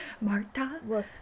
Marta